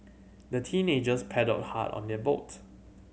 the teenagers paddled hard on their boat